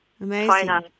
Amazing